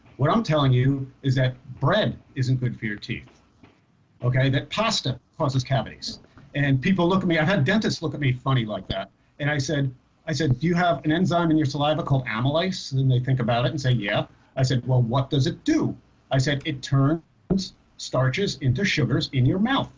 what i'm telling you is that bread isn't good for your teeth okay that pasta causes cavities and people look at me i've had dentists look at me funny like that and i said i said do you have an enzyme in your saliva called amylase then they think about it and say yeah i said well what does it do i said it turns starches into sugars in your mouth